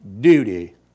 duty